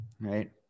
right